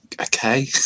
Okay